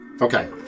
Okay